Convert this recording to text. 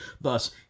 thus